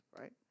right